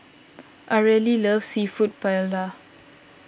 Areli loves Seafood Paella